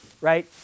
right